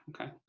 Okay